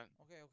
okay